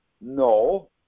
No